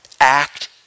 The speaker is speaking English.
act